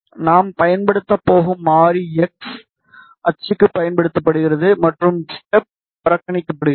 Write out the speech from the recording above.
நாம் பயன்படுத்தப் போகும் மாறி எக்ஸ் அச்சுக்குப் பயன்படுத்தப்படுகிறது மற்றும் ஸ்டெப் புறக்கணிக்கப்படுகிறது